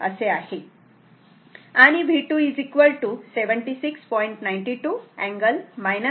92 angle 30